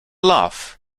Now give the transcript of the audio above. laugh